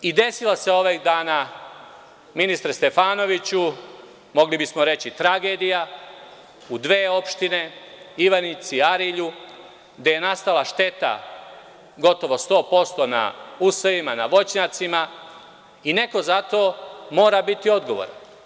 Desila se ovih dana, ministre Stefanoviću, mogli bi smo reći tragedija, u dve opštine Ivanjici, Arilju gde je nastala šteta, gotovo 100% na usevima, na voćnjacima i neko za to mora biti odgovoran.